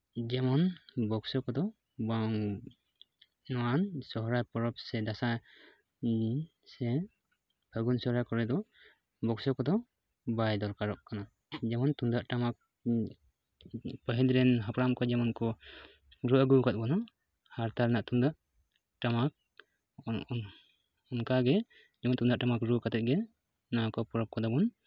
ᱡᱮᱢᱚᱱ ᱵᱚᱠᱥ ᱠᱚᱫᱚ ᱵᱟᱝ ᱱᱚᱣᱟ ᱥᱚᱦᱨᱟᱭ ᱯᱚᱨᱚᱵᱽ ᱥᱮ ᱫᱟᱸᱥᱟᱭ ᱥᱮ ᱯᱷᱟᱹᱜᱩᱱ ᱥᱚᱦᱨᱟᱭ ᱠᱚᱨᱮ ᱫᱚ ᱵᱚᱠᱥᱚ ᱠᱚᱫᱚ ᱵᱟᱭ ᱫᱚᱨᱠᱟᱨᱚᱜ ᱠᱟᱱᱟ ᱡᱮᱢᱚᱱ ᱛᱩᱢᱫᱟᱜ ᱴᱟᱢᱟᱠ ᱯᱟᱹᱦᱤᱞ ᱨᱮᱱ ᱦᱟᱯᱲᱟᱢ ᱠᱚ ᱡᱮᱢᱚᱱ ᱠᱚ ᱩᱫᱩᱜ ᱟᱹᱜᱩ ᱟᱠᱟᱫ ᱵᱚᱱᱟ ᱦᱟᱨᱛᱟ ᱨᱮᱱᱟᱜ ᱛᱩᱢᱫᱟᱹᱜ ᱴᱟᱢᱟᱠ ᱚᱱᱠᱟᱜᱮ ᱡᱮᱢᱚᱱ ᱛᱩᱢᱫᱟᱜ ᱴᱟᱢᱟᱠ ᱨᱩ ᱠᱟᱛᱮᱫ ᱜᱮ ᱱᱚᱣᱟᱠᱚ ᱯᱚᱨᱚᱵᱽ ᱠᱚᱫᱚ ᱵᱚᱱ